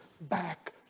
back